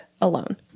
alone